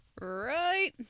Right